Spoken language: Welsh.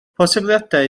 posibiliadau